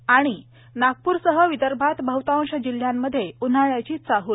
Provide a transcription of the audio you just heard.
आणि नागपूरसह विदर्भात बहतांश जिल्ह्यांमध्ये उन्हाळ्याची चाहल